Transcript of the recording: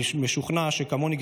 אני משוכנע שכמוני,